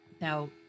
Now